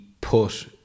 put